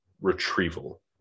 retrieval